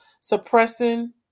suppressing